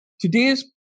today's